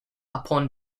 upon